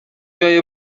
جای